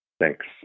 Thanks